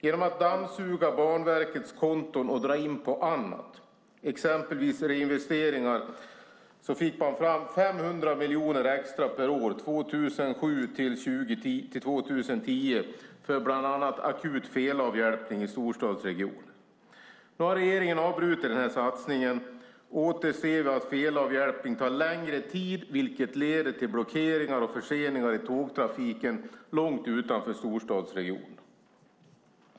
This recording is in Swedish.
Genom att dammsuga Banverkets konton och dra in på annat, exempelvis reinvesteringar, fick man fram 500 miljoner extra per år, 2007-2010, för bland annat akut felavhjälpning i storstadsregionerna. Nu har regeringen avbrutit den här satsningen. Åter ser vi att felavhjälpning tar längre tid, vilket leder till blockeringar och förseningar i tågtrafiken långt utanför storstadsregionerna.